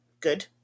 Good